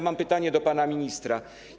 Mam pytanie do pana ministra.